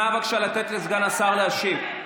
נא לתת לסגן השר להשיב.